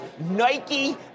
Nike